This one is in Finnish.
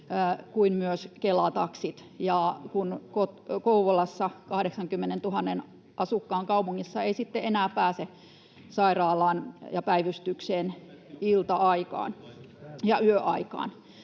kuin myös Kela-taksit, kun Kouvolassa, 80 000 asukkaan kaupungissa, ei sitten enää pääse sairaalaan päivystykseen ilta-aikaan ja yöaikaan.